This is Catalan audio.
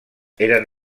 eren